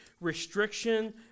restriction